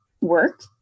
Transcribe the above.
work